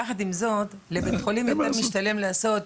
יחד עם זאת לבית חולים משתלם יותר לעשות